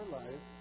life